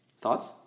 Thoughts